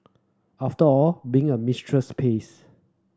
after all being a mistress pays